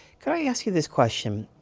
can i ask you this question?